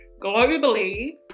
Globally